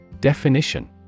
Definition